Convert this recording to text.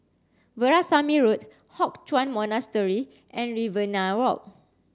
Veerasamy Road Hock Chuan Monastery and Riverina Walk